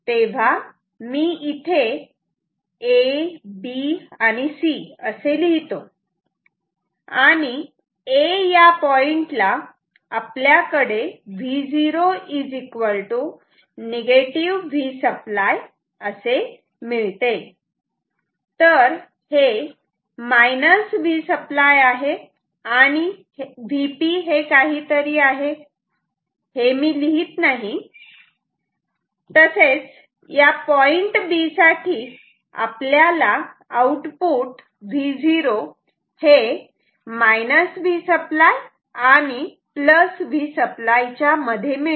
तेव्हा मी इथे A B आणि C असे लिहितो आणि A या पॉइंट ला आपल्याला Vo Vसप्लाय असे मिळते तर हे Vसप्लाय आहे आणि Vp हे काहीतरी आहे हे मी लिहित नाही आणि पॉईंट B साठी आपल्याला आउटपुट Vo हे Vसप्लाय आणि Vसप्लाय मध्ये मिळते